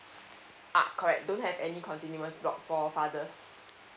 uh correct don't have any continuous block for fathers